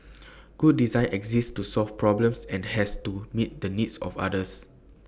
good design exists to solve problems and has to meet the needs of others